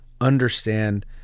understand